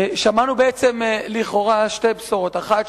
לכאורה שמענו בעצם שתי בשורות: האחת,